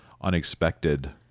unexpected